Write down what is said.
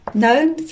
known